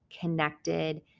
connected